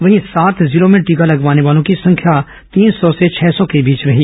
वहीं सात जिलों में टीका लगवाने वालों की संख्या तीन सौ से छह सौ के बीच रही